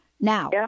Now